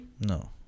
No